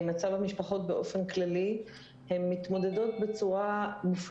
האוכלוסייה שלנו מוחלשת ופגיעה יותר מבחינה